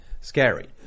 scary